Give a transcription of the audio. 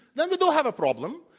then we do have a problem,